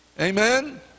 Amen